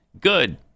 Good